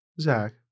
Zach